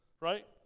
right